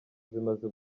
zimaze